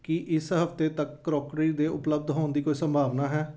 ਕੀ ਇਸ ਹਫ਼ਤੇ ਤੱਕ ਕਰੌਕਰੀ ਦੇ ਉਪਲਬਧ ਹੋਣ ਦੀ ਕੋਈ ਸੰਭਾਵਨਾ ਹੈ